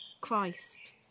Christ